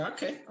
Okay